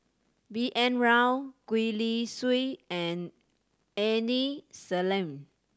B N Rao Gwee Li Sui and Aini Salim